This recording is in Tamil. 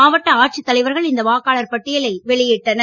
மாவட்ட ஆட்சித் தலைவர்கள் இந்த வாக்காளர் பட்டியலை வெளியிட்டனர்